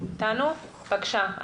בבקשה.